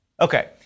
Okay